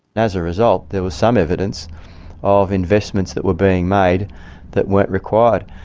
as a result there was some evidence of investments that were being made that weren't required.